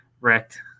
wrecked